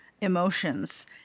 emotions